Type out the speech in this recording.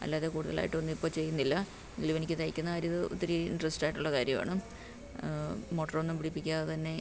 അല്ലാതെ കൂടുതലായിട്ടൊന്നും ഇപ്പം ചെയ്യുന്നില്ല എങ്കിലും എനിക്ക് തയ്ക്കുന്ന കാര്യത്തിൽ ഒത്തിരി ഇൻട്രസ്റ്റായിട്ടുള്ള കാര്യമാണ് മോട്ടറൊന്നും പിടിപ്പിക്കാതെ തന്നെ